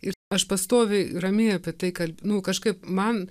ir aš pastoviai ramiai apie tai kad nu kažkaip man